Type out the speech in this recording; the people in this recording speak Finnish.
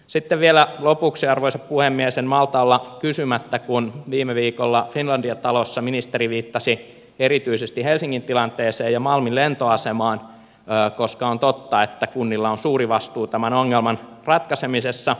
sitten vielä lopuksi arvoisa puhemies en malta olla kysymättä siitä kun viime viikolla finlandia talossa ministeri viittasi erityisesti helsingin tilanteeseen ja malmin lentoasemaan koska on totta että kunnilla on suuri vastuu tämän ongelman ratkaisemisessa